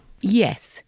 Yes